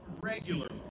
regularly